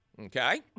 Okay